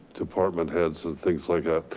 department heads and things like ah